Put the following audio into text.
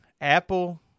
Apple